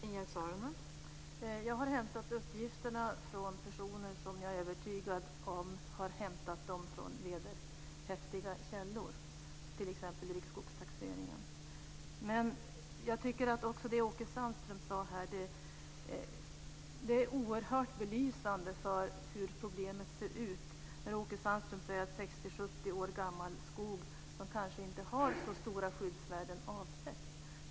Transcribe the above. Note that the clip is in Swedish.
Fru talman! Jag har hämtat uppgifterna från personer som jag är övertygad om har hämtat dem från vederhäftiga källor, t.ex. riksskogstaxeringen. Det Åke Sandström sade här är oerhört belysande för hur problemet ser ut. Åke Sandström säger att 60 70 år gammal skog som kanske inte har så stora skyddsvärden avsätts.